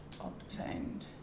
obtained